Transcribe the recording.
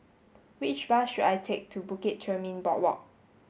which bus should I take to Bukit Chermin Boardwalk